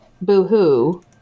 boo-hoo